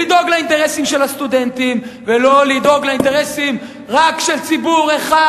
לדאוג לאינטרסים של הסטודנטים ולא לדאוג לאינטרסים רק של ציבור אחד,